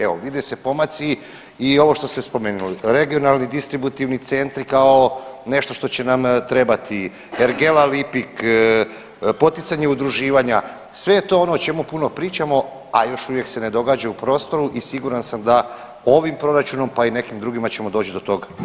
Evo vide se pomaci i ovo što ste spomenuli regionalni, distributivni centri kao nešto što će nam trebati, Ergela Lipik, poticanje udruživanja sve je to ono o čemu puno pričamo, a još uvijek se ne događa u prostoru i siguran sam da ovim proračunom pa i nekim drugima ćemo doći do tog cilja.